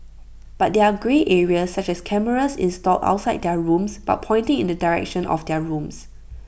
but there are grey areas such as cameras installed outside their rooms but pointing in the direction of their rooms